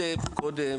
בסך הכול,